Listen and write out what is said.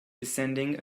descending